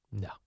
No